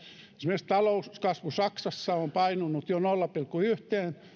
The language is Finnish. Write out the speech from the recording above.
esimerkiksi talouskasvu saksassa on painunut jo nolla pilkku yhteen